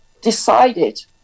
decided